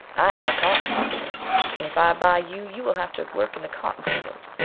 i am a cotton planter, and if i buy you, you will have to work in the cotton field.